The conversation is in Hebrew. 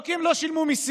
לא כי הם לא שילמו מיסים,